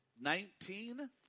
nineteen